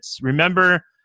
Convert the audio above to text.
remember